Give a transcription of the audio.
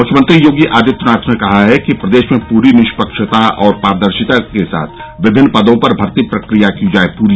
मुख्यमंत्री योगी आदित्यनाथ ने कहा है कि प्रदेश में पूरी निष्पक्षता और पारदर्शिता के साथ विभिन्न पदों पर भर्ती प्रक्रिया की जाये पूरी